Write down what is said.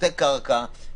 בתי קרקע,